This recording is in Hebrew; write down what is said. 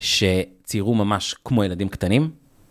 שציירו ממש כמו ילדים קטנים.